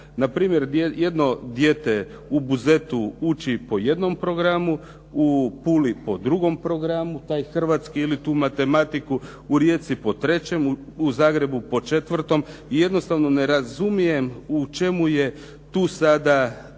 Npr. jedno dijete u Buzetu uči po jednom programu u Puli po drugom programu taj hrvatski ili tu matematiku, u Rijeci po trećem, u Zagrebu po četvrtom i jednostavno ne razumijem u čemu je tu sada